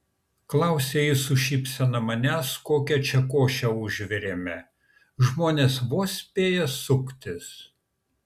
klausia ji su šypsena manęs kokią čia košę užvirėme žmonės vos spėja suktis